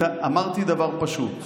שהוגש לפני --- אמרתי דבר פשוט: